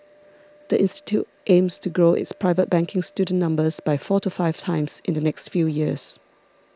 the institute aims to grow its private banking student numbers by four to five times in the next few years